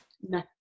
no